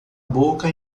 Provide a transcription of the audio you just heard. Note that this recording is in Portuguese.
boca